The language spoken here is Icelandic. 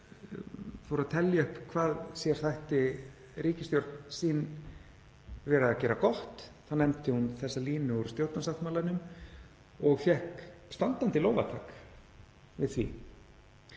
fór að telja upp hvað sér þætti ríkisstjórn sín vera að gera gott nefndi hún þessa línu úr stjórnarsáttmálanum og fékk standandi lófatak við því